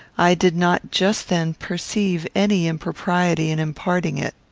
i did not, just then, perceive any impropriety in imparting it.